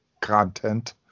content